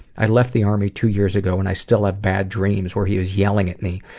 i left the army two years ago, and i still have bad dreams where he is yelling at me,